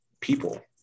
people